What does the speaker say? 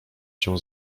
cię